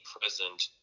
present